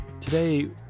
Today